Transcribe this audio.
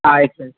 ಆಯ್ತಾಯ್ತು